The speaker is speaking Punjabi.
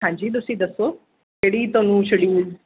ਹਾਂਜੀ ਤੁਸੀਂ ਦੱਸੋ ਕਿਹੜੀ ਤੁਹਾਨੂੰ ਸ਼ਡਿਊਲ